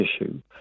issue